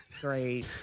Great